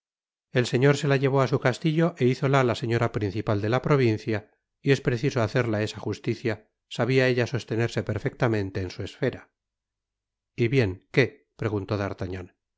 el señor se la llevó á su castillo é hizola la señora principal de la provincia y es preciso hacerla esa justicia sabia ella sostenerse perfectamente en su esfera y bien qué preguntó d'artagnan